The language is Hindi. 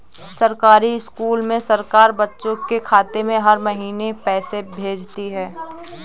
सरकारी स्कूल में सरकार बच्चों के खाते में हर महीने पैसे भेजती है